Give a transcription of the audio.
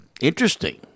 Interesting